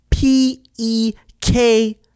P-E-K